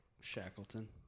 Shackleton